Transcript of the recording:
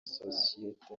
sosiyete